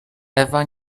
ewa